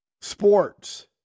sports